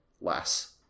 less